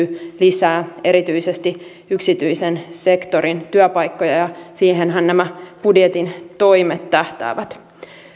lisää erityisesti yksityisen sektorin työpaikkoja ja siihenhän nämä budjetin toimet tähtäävät